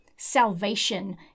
salvation